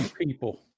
people